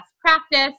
practice